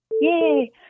Yay